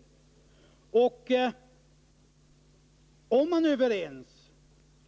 Jag tror att det i fall där man är överens om